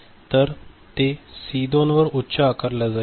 तर ते C2 वर उच्च आकारल्या जाईल